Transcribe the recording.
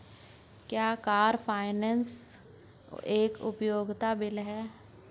क्या car finance एक उपयोगिता बिल है?